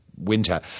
winter